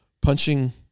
punching